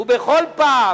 ובכל פעם